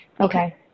Okay